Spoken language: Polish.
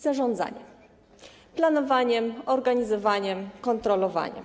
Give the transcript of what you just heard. Zarządzaniem, planowaniem, organizowaniem, kontrolowaniem.